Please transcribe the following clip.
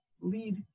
lead